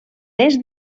més